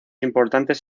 importantes